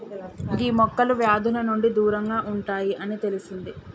గీ మొక్కలు వ్యాధుల నుండి దూరంగా ఉంటాయి అని తెలిసింది